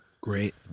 Great